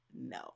no